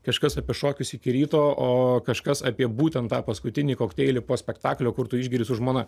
kažkas apie šokius iki ryto o kažkas apie būtent tą paskutinį kokteilį po spektaklio kur tu išgeri su žmona